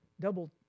double